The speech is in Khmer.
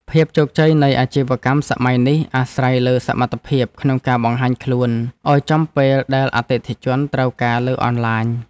ភាពជោគជ័យនៃអាជីវកម្មសម័យនេះអាស្រ័យលើសមត្ថភាពក្នុងការបង្ហាញខ្លួនឱ្យចំពេលដែលអតិថិជនត្រូវការលើអនឡាញ។